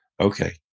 Okay